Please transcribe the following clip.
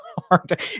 hard